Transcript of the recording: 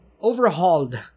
overhauled